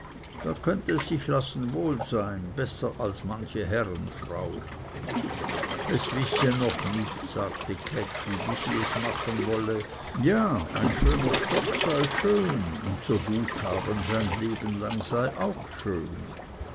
da könnte es sich lassen wohl sein besser als manche herrenfrau es wisse es noch nicht sagte käthi wie es es machen wolle ja ein schöner stock sei schön und so gut haben sein leben lang sei auch schön